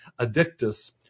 addictus